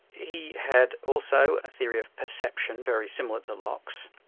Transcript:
he had also a theory of perception very similar to locke's,